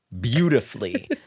beautifully